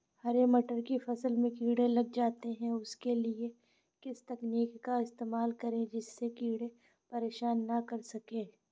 हरे मटर की फसल में कीड़े लग जाते हैं उसके लिए किस तकनीक का इस्तेमाल करें जिससे कीड़े परेशान ना कर सके?